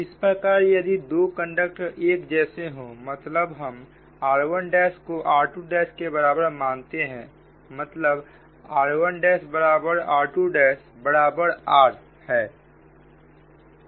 इस प्रकार यदि दो कंडक्टर एक जैसे हो मतलब हम r1 को r2के बराबर मानते हैं मतलब r1 बराबर r2 बराबर r है